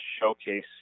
showcase